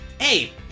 Hey